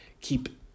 keep